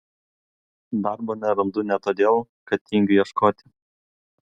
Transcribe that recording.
darbo nerandu ne todėl kad tingiu ieškoti